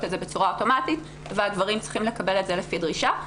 את זה בצורה אוטומטית והדברים מקבלים את זה לפי דרישה,